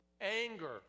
anger